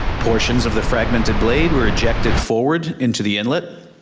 portions of the fragmented blade were ejected forward into the inlet.